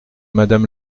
madame